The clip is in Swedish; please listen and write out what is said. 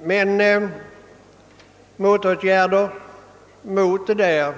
Eftersom det är dyrbart att vidta motåtgärder